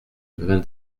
vingt